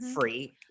free